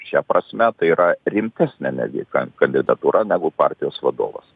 šia prasme tai yra rimtesnė netgi kan kandidatūra negu partijos vadovas